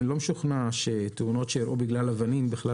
אני לא משוכנע שתאונות שאירעו בגלל אבנים בכלל